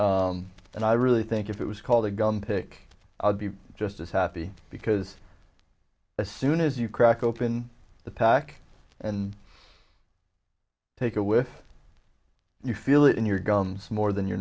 and i really think if it was called a gun pick up be just as happy because as soon as you crack open the pack and take it with you feel it in your gums more than your